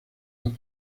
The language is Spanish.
las